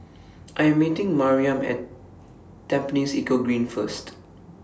I Am meeting Maryam At Tampines Eco Green First